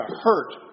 hurt